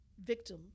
victim